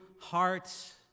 hearts